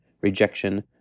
rejection